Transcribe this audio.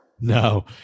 no